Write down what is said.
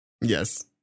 Yes